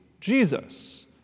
Jesus